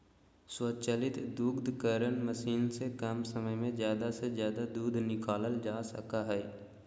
स्वचालित दुग्धकरण मशीन से कम समय में ज़्यादा से ज़्यादा दूध निकालल जा सका हइ